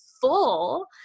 full